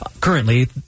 Currently –